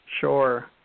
Sure